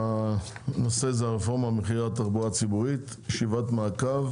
הנושא הוא הרפורמה במחירי התחבורה הציבורית ישיבת מעקב